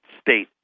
state